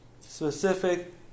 specific